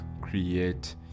create